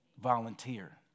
Volunteer